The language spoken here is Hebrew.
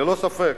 ללא ספק,